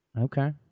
Okay